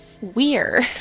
weird